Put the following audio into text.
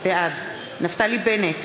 בעד נפתלי בנט,